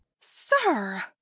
sir